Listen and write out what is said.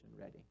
ready